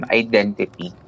identity